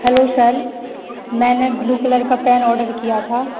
hello sir मैंने blue colour का pen order किया था